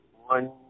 one